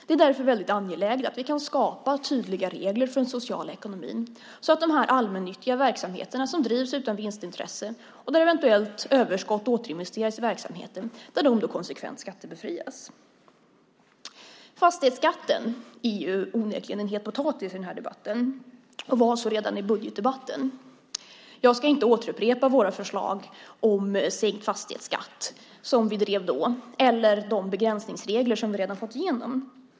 Det är därför väldigt angeläget att vi kan skapa tydliga regler för den sociala ekonomin, så att dessa allmännyttiga verksamheter som drivs utan vinstintresse, och där ett eventuellt överskott återinvesteras i verksamheten, konsekvent skattebefrias. Fastighetsskatten är onekligen en het potatis i denna debatt och var det redan i budgetdebatten. Jag ska inte återupprepa våra förslag om sänkt fastighetsskatt som vi då drev eller de begränsningsregler som vi redan har fått igenom.